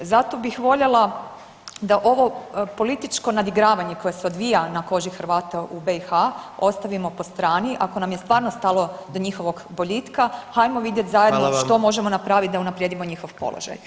Zato bih voljela da ovo političko nadigravanje koje se odvija na koži Hrvata u BiH ostavimo po strani, ako vam je stvarno stalo do njihovog boljitka, hajmo vidjeti zajedno [[Upadica: Hvala vam.]] što možemo napraviti da unaprijedimo njihov položaj.